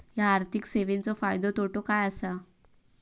हया आर्थिक सेवेंचो फायदो तोटो काय आसा?